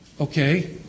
Okay